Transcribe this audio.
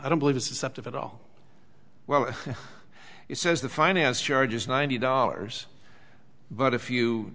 i don't believe it's deceptive at all well it says the finance charges ninety dollars but if you